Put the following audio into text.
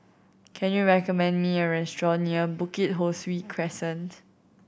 can you recommend me a restaurant near Bukit Ho Swee Crescent